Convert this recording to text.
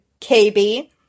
KB